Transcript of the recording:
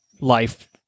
life